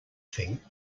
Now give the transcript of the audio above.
thing